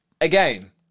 Again